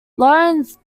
lawrence